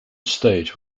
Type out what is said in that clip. stage